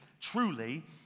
truly